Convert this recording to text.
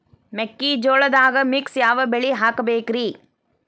ಮೆಕ್ಕಿಜೋಳದಾಗಾ ಮಿಕ್ಸ್ ಯಾವ ಬೆಳಿ ಹಾಕಬೇಕ್ರಿ?